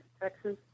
Texas